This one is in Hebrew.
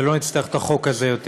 ולא נצטרך את החוק הזה יותר.